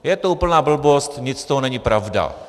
Je to úplná blbost, nic z toho není pravda.